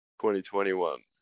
2021